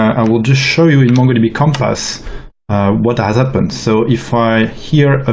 i will just show you in mongodb compass what has happened. so if i, here, ah